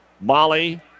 Molly